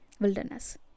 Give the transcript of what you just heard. wilderness